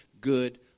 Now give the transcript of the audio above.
good